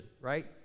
right